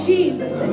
Jesus